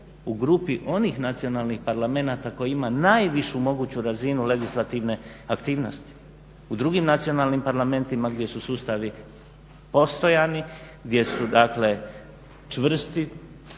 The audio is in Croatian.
u grupi onih nacionalnih parlamenata koji ima najvišu moguću razinu legislativne aktivnosti. U drugim nacionalnim parlamentima gdje su sustavi postojani, gdje su dakle čvrsti,